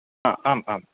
आ आम् आम्